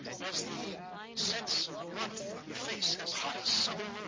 was the sense of warmth on the face, as hot as summer